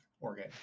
organ